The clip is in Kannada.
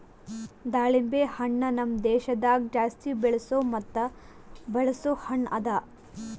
ದಾಳಿಂಬೆ ಹಣ್ಣ ನಮ್ ದೇಶದಾಗ್ ಜಾಸ್ತಿ ಬೆಳೆಸೋ ಮತ್ತ ಬಳಸೋ ಹಣ್ಣ ಅದಾ